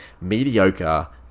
mediocre